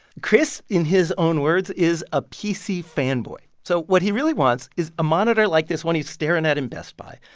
chris, in his own words, is a pc fanboy. so what he really wants is a monitor like this one he's staring at in best buy,